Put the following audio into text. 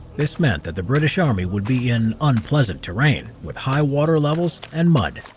this meant that the british army would be in unpleasant terrain with high water levels and mud.